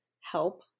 help